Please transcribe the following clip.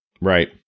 Right